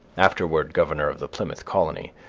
afterward governor of the plymouth colony,